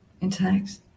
intact